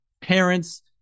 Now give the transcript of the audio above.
parents